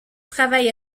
travaille